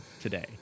today